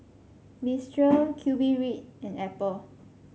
Mistral QBread and Apple